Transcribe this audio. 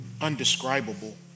undescribable